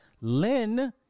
Lynn